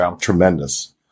tremendous